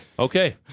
Okay